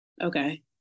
okay